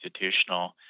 institutional